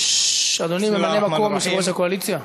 אדוני ממלא-מקום יושב-ראש הקואליציה,